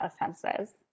offenses